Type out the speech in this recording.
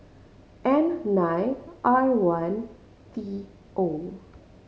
N nine R one T O